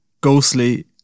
ghostly